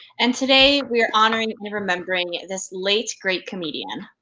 and today, we are honoring and remembering this late, great comedian.